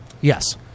Yes